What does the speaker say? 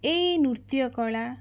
ଏଇ ନୃତ୍ୟ କଳା